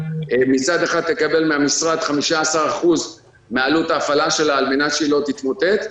מצד אחד תקבל מן המשרד 15% מעלות ההפעלה שלה על מנת שהיא לא תתמוטט,